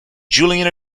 julian